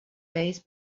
days